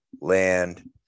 land